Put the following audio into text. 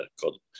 called